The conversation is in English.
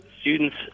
students